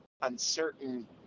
uncertain